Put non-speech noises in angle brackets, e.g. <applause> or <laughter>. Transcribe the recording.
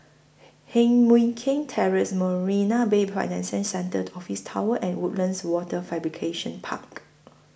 Heng Mui Keng Terrace Marina Bay <unintelligible> Centre Office Tower and Woodlands Wafer Fabrication Park